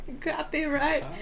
Copyright